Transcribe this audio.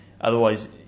otherwise